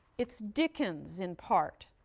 it's dickens in part,